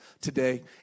today